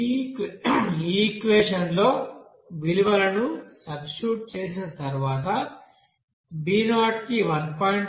ఈ ఈక్వెషన్ లో విలువలను సబ్స్టిట్యూట్ చేసిన తర్వాత b0 కి 1